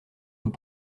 nous